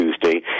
Tuesday